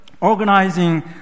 organizing